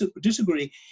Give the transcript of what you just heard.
disagree